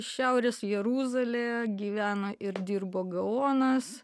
šiaurės jeruzalėje gyveno ir dirbo gaonas